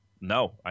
No